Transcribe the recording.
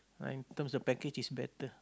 uh in terms of package it's better